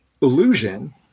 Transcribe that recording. illusion